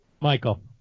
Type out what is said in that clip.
Michael